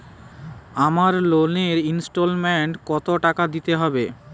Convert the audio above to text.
আমার লোনের ইনস্টলমেন্টৈ কত টাকা দিতে হবে?